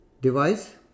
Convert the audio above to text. device